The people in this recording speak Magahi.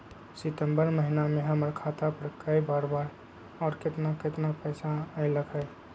सितम्बर महीना में हमर खाता पर कय बार बार और केतना केतना पैसा अयलक ह?